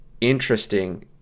interesting